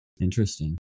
interesting